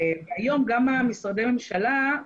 היום גם משרדי הממשלה,